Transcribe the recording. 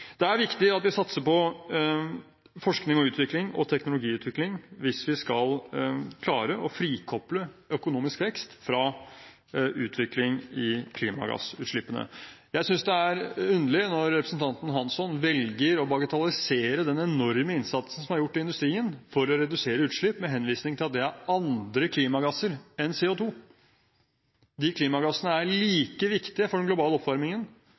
Det er viktig at vi satser på forskning og utvikling og teknologiutvikling hvis vi skal klare å frikoble økonomisk vekst fra utvikling i klimagassutslippene. Jeg synes det er underlig når representanten Hansson velger å bagatellisere den enorme innsatsen som er gjort i industrien for å redusere utslipp, med henvisning til at det er andre klimagasser enn CO2. De klimagassene er like viktige for den globale oppvarmingen